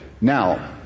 Now